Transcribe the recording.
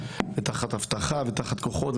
תחת אבטחה ותחת כוחות.